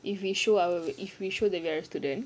if we show our if we show that we're a student